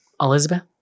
Elizabeth